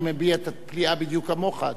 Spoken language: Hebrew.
אני מביע את הפליאה בדיוק כמוך.